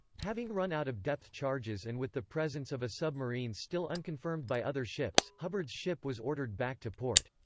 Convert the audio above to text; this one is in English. having run out of depth charges and with the presence of a submarine still unconfirmed by other ships, hubbard's ship was ordered back to port.